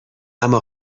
اما